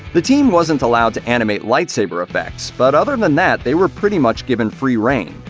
the team wasn't allowed to animate lightsaber effects, but other and than that, they were pretty much given free rein.